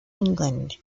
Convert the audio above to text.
england